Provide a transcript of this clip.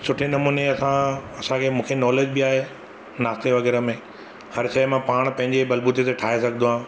सुठे नमूने असां असांखे मूंखे नॉलैज बि आहे नाश्ते वग़ैरह में हर शइ मां पाण पंहिंजे बलबूते ते ठाहे सघंदो आहे